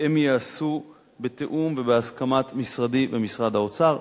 הם ייעשו בתיאום ובהסכמת משרדי ומשרד האוצר.